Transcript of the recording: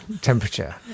temperature